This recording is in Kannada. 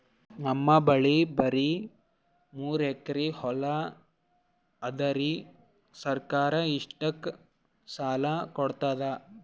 ನಮ್ ಬಲ್ಲಿ ಬರಿ ಮೂರೆಕರಿ ಹೊಲಾ ಅದರಿ, ಸರ್ಕಾರ ಇಷ್ಟಕ್ಕ ಸಾಲಾ ಕೊಡತದಾ?